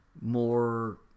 more